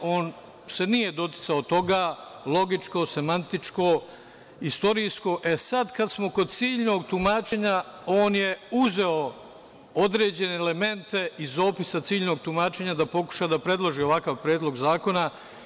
On se nije doticao toga, logičko semantičko, istorijsko, e sad kad smo kod ciljnog tumačenja, on je uzeo određene elemente iz opisa ciljnog tumačenja da pokuša da predloži ovakav predlog zakona.